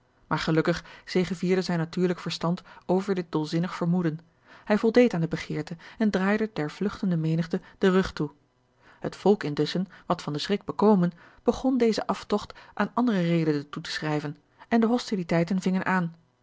ongeluksvogel lukkig zegevierde zijn natuurlijk verstand over dit dolzinnig vermoeden hij voldeed aan de begeerte en draaide der vlugtende menigte den rug toe het volk intusschen wat van den schrik bekomen begon dezen aftogt aan andere redenen toe te schrijven en de hostiliteiten vingen aan